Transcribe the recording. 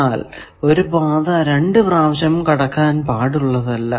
എന്നാൽ ഒരു പാത രണ്ടു പ്രാവശ്യം കടക്കാൻ പാടുള്ളതല്ല